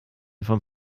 vom